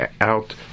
out